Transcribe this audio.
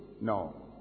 No